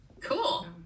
cool